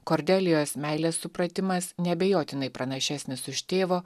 kordelijos meilės supratimas neabejotinai pranašesnis už tėvo